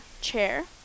chair